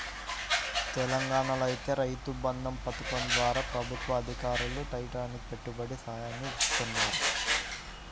తెలంగాణాలో ఐతే రైతు బంధు పథకం ద్వారా ప్రభుత్వ అధికారులు టైయ్యానికి పెట్టుబడి సాయాన్ని ఇత్తన్నారు